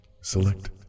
Select